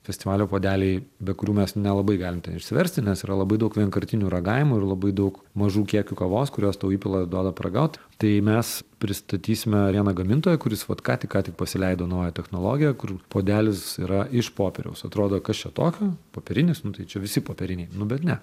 festivalio puodeliai be kurių mes nelabai galim ten išsiversti nes yra labai daug vienkartinių ragavimų ir labai daug mažų kiekių kavos kurios tau įpila duoda paragaut tai mes pristatysime vieną gamintoją kuris vat ką tik ką tik pasileido naują technologiją kur puodelis yra iš popieriaus atrodo kas čia tokio popierinis nu tai čia visi popieriniai nu bet ne